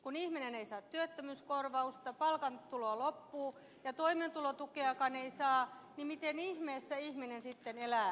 kun ihminen ei saa työttömyyskorvausta palkan tulo loppuu ja toimeentulotukeakaan ei saa niin miten ihmeessä ihminen sitten elää